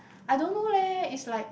I don't know leh is like